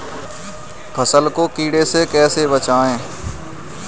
फसल को कीड़े से कैसे बचाएँ?